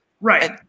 Right